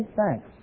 thanks